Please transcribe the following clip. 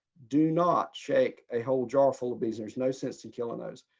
do not shake a whole jar full of bees. there's no sense in killing those.